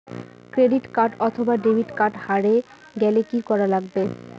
Credit card অথবা debit card হারে গেলে কি করা লাগবে?